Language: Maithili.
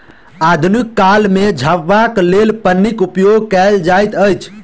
आधुनिक काल मे झपबाक लेल पन्नीक उपयोग कयल जाइत अछि